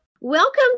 Welcome